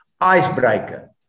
icebreaker